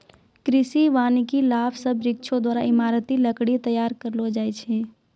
कृषि वानिकी लाभ से वृक्षो द्वारा ईमारती लकड़ी तैयार करलो जाय छै